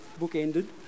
bookended